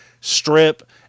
strip